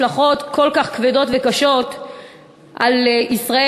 הוא ייכשל יהיו לכך השלכות כל כך כבדות וקשות על ישראל?